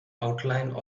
outline